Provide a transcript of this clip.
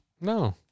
No